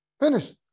Finished